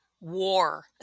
war